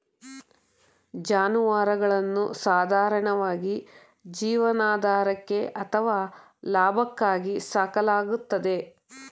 ಜಾನುವಾರುಗಳನ್ನು ಸಾಧಾರಣವಾಗಿ ಜೀವನಾಧಾರಕ್ಕೆ ಅಥವಾ ಲಾಭಕ್ಕಾಗಿ ಸಾಕಲಾಗ್ತದೆ